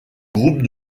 groupe